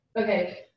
okay